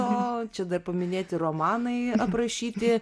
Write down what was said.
o čia dar paminėti romanai aprašyti